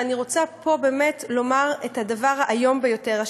ואני רוצה פה באמת לומר את הדבר האיום ביותר,